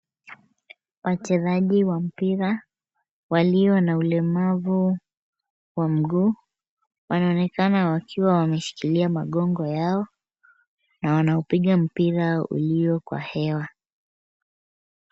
Wachezaji wa mpira walio na ulemavu wa mguu, wanaonekana wakiwa wameshikilia magongo yao na wanaupiga mpira ulio kwa hewa.